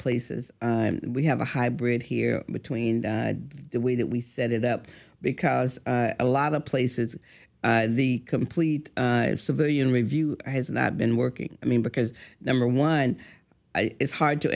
places we have a hybrid here between the way that we set it up because a lot of places the complete civilian review has not been working i mean because number one it's hard to